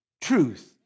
truth